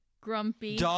grumpy